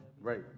Right